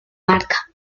marca